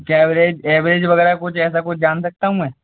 coverage average वगैरह कुछ ऐसा कुछ जान सकता हूँ मैं